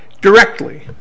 directly